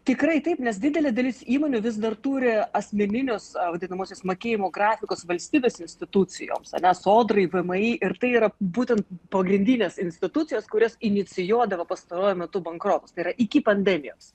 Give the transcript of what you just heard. tikrai taip nes didelė dalis įmonių vis dar turi asmeninius vadinamuosius mokėjimo grafikus valstybės institucijoms ane sodrai vmi ir tai yra būtent pagrindinės institucijos kurios inicijuodavo pastaruoju metu bankrotus tai yra iki pandemijos